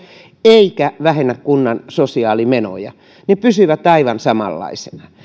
eikä vähennä kunnan sosiaalimenoja ne pysyvät aivan samanlaisina